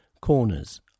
Corners